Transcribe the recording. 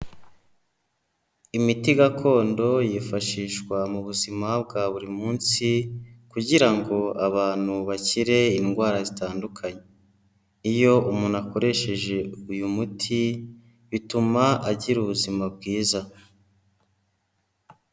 Imiti gakondo yifashishwa mu buzima bwa buri munsi kugira ngo abantu bakire indwara zitandukanye, iyo umuntu akoresheje uyu muti, bituma agira ubuzima bwiza.